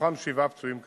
מתוכם שבעה פצועים קשה.